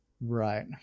Right